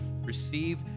receive